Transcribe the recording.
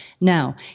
Now